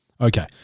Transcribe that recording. okay